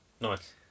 Nice